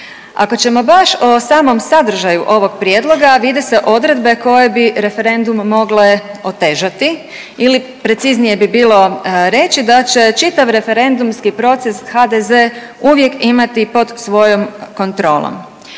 Ako ćemo baš o samom sadržaju ovog prijedloga vide se odredbe koje bi referendum mogle otežati ili preciznije bi bilo reći da će čitav referendumski proces HDZ uvijek imati pod svojom kontrolom.